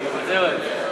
מוותרת.